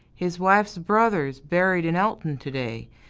his wife's brother's buried in alton to-day,